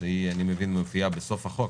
שאני מבין שמופיעה בסוף הצעת החוק